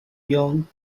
young